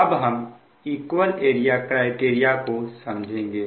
अब हम equal area criteria को समझेंगे